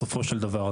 בסופו של דבר,